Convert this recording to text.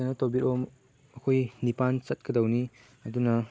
ꯀꯩꯅꯣ ꯇꯧꯕꯤꯔꯛꯑꯣ ꯑꯩꯈꯣꯏ ꯅꯤꯄꯥꯟ ꯆꯠꯀꯗꯧꯅꯤ ꯑꯗꯨꯅ